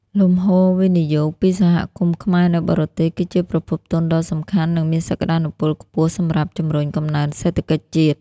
លំហូរវិនិយោគពីសហគមន៍ខ្មែរនៅបរទេស គឺជាប្រភពទុនដ៏សំខាន់ និងមានសក្ដានុពលខ្ពស់សម្រាប់ជំរុញកំណើនសេដ្ឋកិច្ចជាតិ។